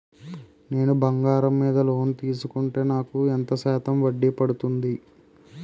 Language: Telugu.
నేను బంగారం మీద లోన్ తీసుకుంటే నాకు ఎంత శాతం వడ్డీ పడుతుంది?